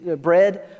bread